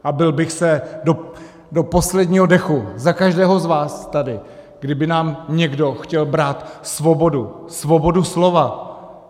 A bil bych se do posledního dechu za každého z vás tady, kdyby nám někdo chtěl brát svobodu, svobodu slova.